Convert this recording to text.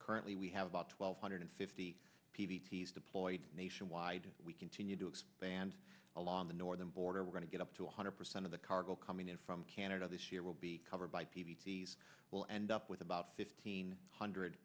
currently we have about twelve hundred fifty p t s deployed nationwide we continue to expand along the northern border we're going to get up to one hundred percent of the cargo coming in from canada this year will be covered by p v c s will end up with about fifteen hundred